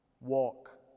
walk